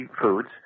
foods